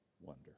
wonder